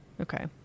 Okay